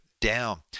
down